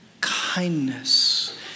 kindness